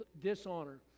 dishonor